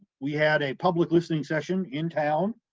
we had a public listening session in town,